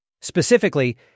Specifically